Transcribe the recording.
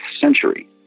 century